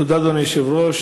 תודה, אדוני היושב-ראש.